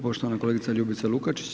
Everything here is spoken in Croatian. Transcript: Poštovana kolegica Ljubica Lukačić.